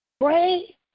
pray